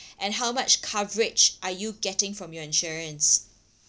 and how much coverage are you getting from your insurance